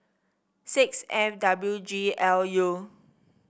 six F W G L U